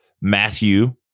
Matthew